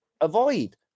avoid